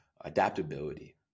adaptability